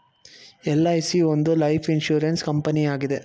LIC ಒಂದು life insurance ಕಂಪನಿಯಾಗಿದೆ